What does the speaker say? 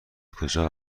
کجا